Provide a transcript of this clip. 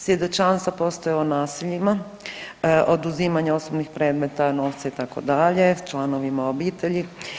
Svjedočanstva postoje o nasiljima, oduzimanja osobnih predmeta, novca itd. članovima obitelji.